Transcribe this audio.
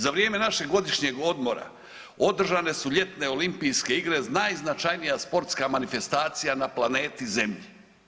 Za vrijeme našeg godišnjeg odmora održane su ljetne Olimpijske igre najznačajnija sportska manifestacija na planeti Zemlji.